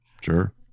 sure